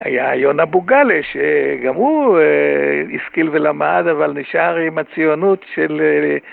היה יונה בוגלה, שגם הוא השכיל ולמד, אבל נשאר עם הציונות של...